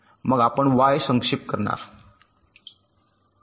मग आपण वाय संक्षेप करणार